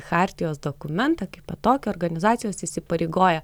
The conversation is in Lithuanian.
chartijos dokumentą kaip tokią organizacijos įsipareigoja